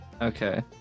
Okay